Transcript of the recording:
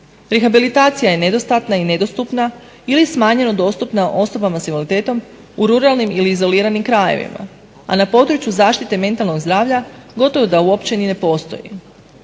Rehabilitacija je nedostatna i nedostupna ili smanjeno dostupna osobama sa invaliditetom u ruralnim ili izoliranim krajevima, a na području zaštite mentalnog zdravlja gotovo da uopće ni ne postoji.